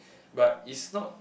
but is not